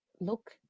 look